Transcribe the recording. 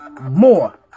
more